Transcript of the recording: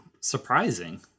Surprising